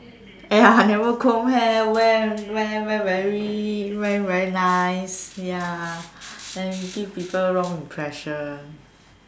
ya never comb hair wear wear wear very wear very nice ya then give people wrong impression